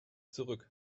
zurück